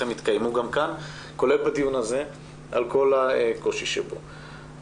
הם מתקיימים גם כאן כולל בדיון הזה על כל הקושי שבו.